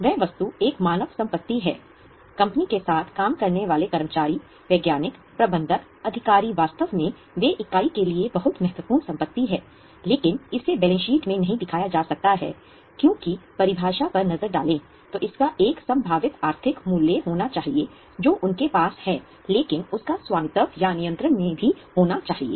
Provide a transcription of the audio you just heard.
वह वस्तु एक मानव संपत्ति है कंपनी के साथ काम करने वाले कर्मचारी वैज्ञानिक प्रबंधक अधिकारी वास्तव में वे इकाई के लिए बहुत महत्वपूर्ण संपत्ति हैं लेकिन इसे बैलेंस शीट में नहीं दिखाया जा सकता है क्योंकि परिभाषा पर नजर डालें तो इसका एक संभावित आर्थिक मूल्य होना चाहिए जो उनके पास है लेकिन उसका स्वामित्व या नियंत्रण भी होना चाहिए